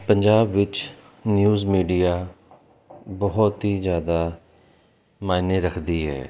ਪੰਜਾਬ ਵਿੱਚ news media ਬਹੁਤ ਹੀ ਜ਼ਿਆਦਾ ਮਾਇਨੇ ਰੱਖਦੀ ਹੈ